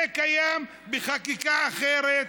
זה קיים בחקיקה אחרת,